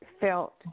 felt